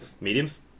Mediums